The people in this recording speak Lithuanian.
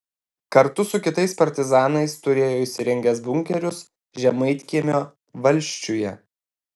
kartu su kitais partizanais turėjo įsirengęs bunkerius žemaitkiemio valsčiuje